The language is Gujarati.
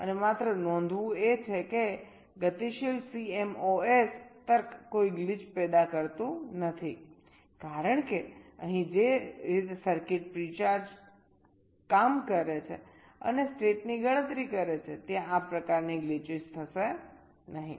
અને માત્ર નોંધવું એ છે કે ગતિશીલ CMOS તર્ક કોઈ ગ્લિચ પેદા કરતું નથી કારણ કે અહીં જે રીતે સર્કિટ પ્રી ચાર્જ કામ કરે છે અને સ્ટેટની ગણતરી કરે છે ત્યાં આ પ્રકારની ગ્લિચસ થશે નહીં